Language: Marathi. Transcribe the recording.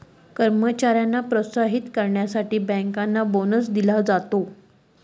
कर्मचाऱ्यांना प्रोत्साहित करण्यासाठी बँकर्सना बोनस दिला जातो